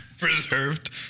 Preserved